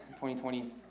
2020